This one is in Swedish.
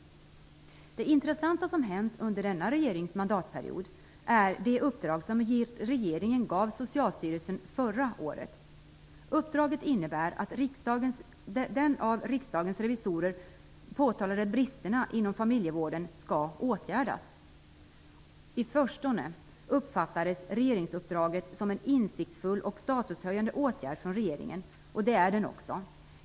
Det intressanta som har hänt under denna regerings mandatperiod är det uppdrag som regeringen gav Socialstyrelsen förra året. Uppdraget innebär att de av Riksdagens revisorer påtalade bristerna inom familjevården skall åtgärdas. I förstone uppfattades regeringsuppdraget som en insiktsfull och statushöjande åtgärd från regeringen. Det är det också.